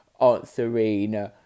answering